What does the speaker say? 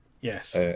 Yes